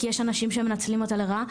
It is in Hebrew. כי יש אנשים שמנצלים אותה לרעה.